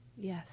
Yes